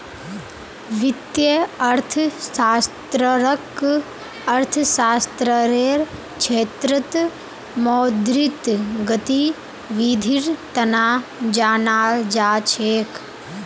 वित्तीय अर्थशास्त्ररक अर्थशास्त्ररेर क्षेत्रत मौद्रिक गतिविधीर तना जानाल जा छेक